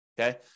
okay